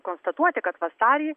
konstatuoti kad vasarį